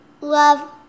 love